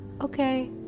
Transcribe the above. okay